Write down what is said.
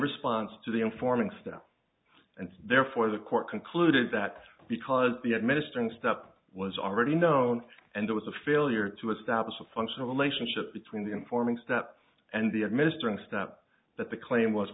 response to the informing staff and therefore the court concluded that because the administering step was already known and it was a failure to establish a functional relationship between the informing step and the administering step that the claim was